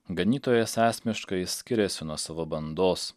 ganytojas esmiškai skiriasi nuo savo bandos